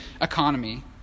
economy